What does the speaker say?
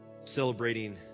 celebrating